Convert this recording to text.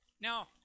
Now